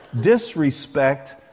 disrespect